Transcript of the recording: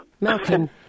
Malcolm